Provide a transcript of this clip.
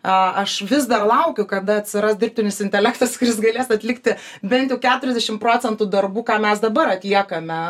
a aš vis dar laukiu kada atsiras dirbtinis intelektas kuris galės atlikti bent jau keturiasdešimt procentų darbų ką mes dabar atliekame